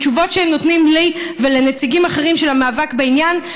מתשובות שהם נותנים לי ולנציגים אחרים של המאבק בעניין.